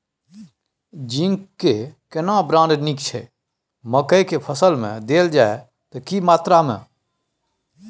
Zinc के केना brand नीक छैय मकई के फसल में देल जाए त की मात्रा में?